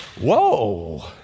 Whoa